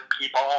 people